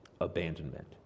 abandonment